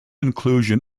inclusion